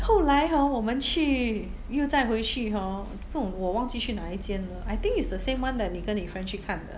后来 hor 我们去又再回去 hor 我不懂我忘记去哪一间了 I think it's the same [one] that 你跟你 friend 去看的